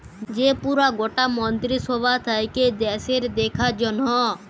যে পুরা গটা মন্ত্রী সভা থাক্যে দ্যাশের দেখার জনহ